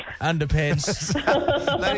underpants